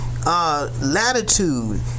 Latitude